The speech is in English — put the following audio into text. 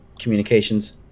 communications